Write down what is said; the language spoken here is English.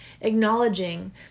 acknowledging